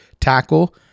Tackle